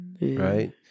right